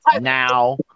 now